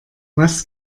was